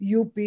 UP